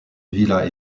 villa